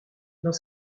dans